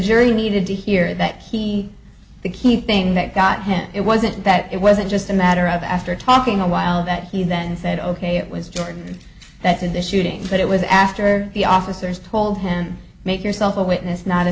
jury needed to hear that key the key thing that got him it wasn't that it wasn't just a matter of after talking awhile that he then said ok it was joran that's an issue ting but it was after the officers told him make yourself a witness not a